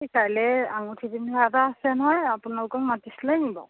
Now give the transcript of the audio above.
কাইলৈ আঙুঠি পিন্ধোৱা এটা আছে নহয় আপোনালোকক মাতিছিলিনি বাৰু